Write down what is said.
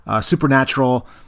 supernatural